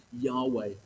Yahweh